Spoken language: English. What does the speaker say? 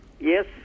Yes